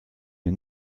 mir